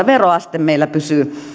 veroaste meillä pysyy